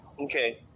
Okay